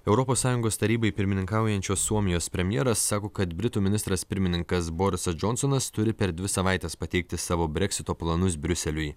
europos sąjungos tarybai pirmininkaujančios suomijos premjeras sako kad britų ministras pirmininkas borisas džonsonas turi per dvi savaites pateikti savo breksito planus briuseliui